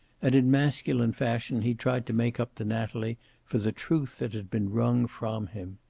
and in masculine fashion he tried to make up to natalie for the truth that had been wrung from him.